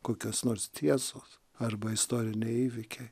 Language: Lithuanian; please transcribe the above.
kokios nors tiesos arba istoriniai įvykiai